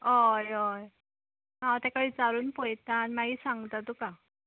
हय हय हांव ताका विचारून पळयतां आनी मगीर सांगतां तुका